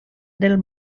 del